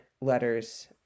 letters